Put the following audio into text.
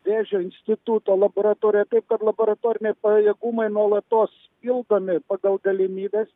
vėžio instituto laboratorija taip kad laboratoriniai pajėgumai nuolatos pildomi pagal galimybes